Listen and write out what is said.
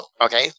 okay